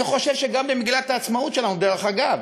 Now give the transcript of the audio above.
אני חושב שגם במגילת העצמאות שלנו, דרך אגב,